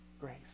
grace